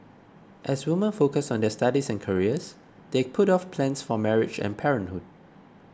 as women focused on their studies and careers they put off plans for marriage and parenthood